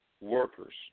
workers